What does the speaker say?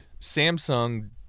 samsung